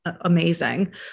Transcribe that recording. amazing